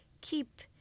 keep